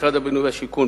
2. משרד הבינוי והשיכון,